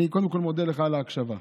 אני קודם כול מודה לך על ההקשבה.